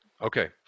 Okay